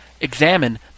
examine